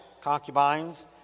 concubines